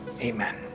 Amen